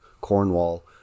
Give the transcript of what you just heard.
Cornwall